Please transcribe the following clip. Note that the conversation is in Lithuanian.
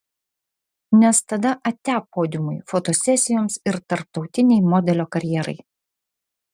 nes tada atia podiumui fotosesijoms ir tarptautinei modelio karjerai